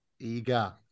Eager